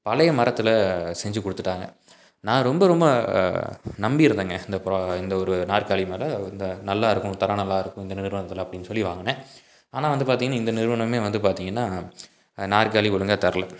பழைய மரத்தில் செஞ்சு கொடுத்துட்டாங்க நான் ரொம்ப ரொம்ப நம்பி இருந்தேங்க இந்த பா இந்த ஒரு நாற்காலி மேல் இந்த நல்லாயிருக்கும் தரம் நல்லாயிருக்கும் இந்த நிறுவனத்தில் அப்படின்னு சொல்லி வாங்கினேன் ஆனால் வந்து பார்த்தீங்கன்னா இந்த நிறுவனமே வந்து பார்த்தீங்கன்னா நாற்காலி ஒழுங்காக தரலை